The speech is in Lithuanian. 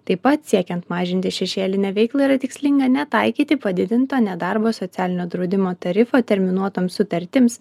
taip pat siekiant mažinti šešėlinę veiklą yra tikslinga netaikyti padidinto nedarbo socialinio draudimo tarifo terminuotoms sutartims